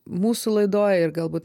mūsų laidoj ir galbūt